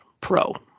pro